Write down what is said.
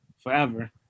forever